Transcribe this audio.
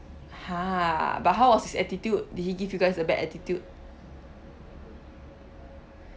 !huh! but how was his attitude did he give you guys a bad attitude